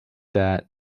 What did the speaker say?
that